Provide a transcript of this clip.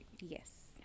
yes